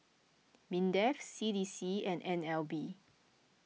Mindef C D C and N L B